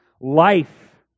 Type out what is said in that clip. life